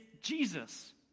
Jesus